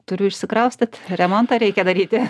turiu išsikraustyt remontą reikia daryti